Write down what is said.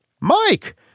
Mike